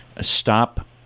stop